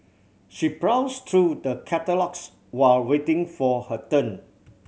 she browsed through the catalogues while waiting for her turn